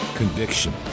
Conviction